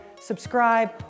subscribe